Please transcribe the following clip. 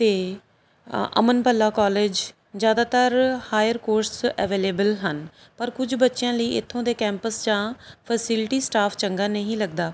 ਅਤੇ ਆ ਅਮਨ ਭੱਲਾ ਕੋਲਜ ਜ਼ਿਆਦਾਤਰ ਹਾਇਰ ਕੋਰਸ ਅਵੈਲੇਬਲ ਹਨ ਪਰ ਕੁਝ ਬੱਚਿਆਂ ਲਈ ਇੱਥੋਂ ਦੇ ਕੈਂਪਸ ਜਾਂ ਫੈਸਿਲਿਟੀ ਸਟਾਫ ਚੰਗਾ ਨਹੀਂ ਲੱਗਦਾ